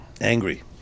Angry